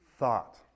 Thought